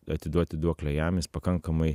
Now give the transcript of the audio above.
atiduoti duoklę jam jis pakankamai